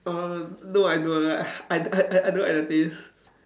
uh no I don't I I I I don't like the taste